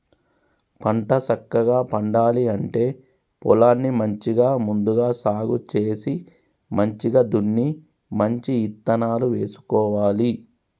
పంట సక్కగా పండాలి అంటే పొలాన్ని మంచిగా ముందుగా సాగు చేసి మంచిగ దున్ని మంచి ఇత్తనాలు వేసుకోవాలి